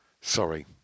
sorry